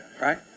Right